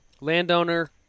Landowner